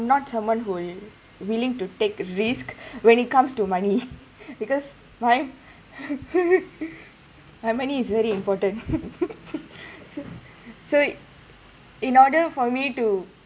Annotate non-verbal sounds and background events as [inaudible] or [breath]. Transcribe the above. not someone who willing to take risk [breath] when it comes to money [laughs] because my [laughs] my money is very important [laughs] so so in order for me to